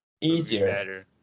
easier